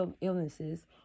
illnesses